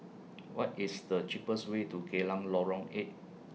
What IS The cheapest Way to Geylang Lorong eight